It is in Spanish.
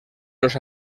los